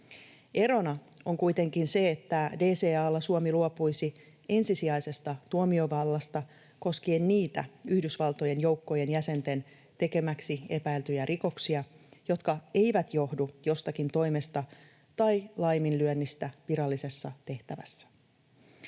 Erona on kuitenkin se, että DCA:lla Suomi luopuisi ensisijaisesta tuomiovallasta koskien niitä Yhdysvaltojen joukkojen jäsenten tekemäksi epäiltyjä rikoksia, jotka eivät johdu jostakin toimesta tai laiminlyönnistä virallisessa tehtävässä.